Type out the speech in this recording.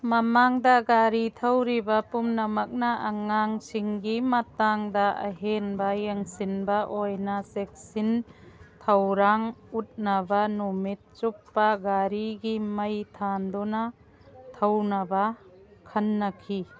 ꯃꯃꯥꯡꯗ ꯒꯥꯔꯤ ꯊꯧꯔꯤꯕ ꯄꯨꯝꯅꯃꯛꯅ ꯑꯉꯥꯡꯁꯤꯡꯒꯤ ꯃꯇꯥꯡꯗ ꯑꯍꯦꯟꯕ ꯌꯦꯡꯁꯤꯟꯕ ꯑꯣꯏꯅ ꯆꯦꯛꯁꯤꯟ ꯊꯧꯔꯥꯡ ꯎꯠꯅꯕ ꯅꯨꯃꯤꯠ ꯆꯨꯞꯄ ꯒꯥꯔꯤꯒꯤ ꯃꯩ ꯊꯥꯟꯗꯨꯅ ꯊꯧꯅꯕ ꯈꯟꯅꯈꯤ